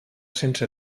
sense